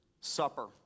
supper